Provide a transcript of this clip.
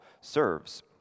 serves